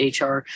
HR